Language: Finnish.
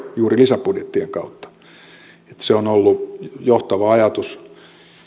juuri lisäbudjettien kautta se on ollut johtava ajatus